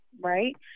right